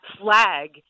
flag